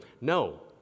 no